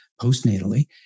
postnatally